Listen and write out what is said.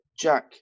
Jack